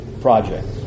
project